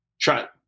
try